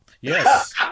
yes